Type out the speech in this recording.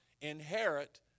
inherit